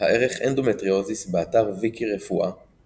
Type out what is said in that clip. הערך "אנדומטריוזיס", באתר ויקירפואה